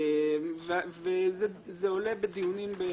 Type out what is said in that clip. זה עולה בדיונים.